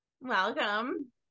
welcome